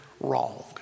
wrong